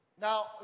Now